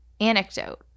Anecdote